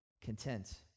content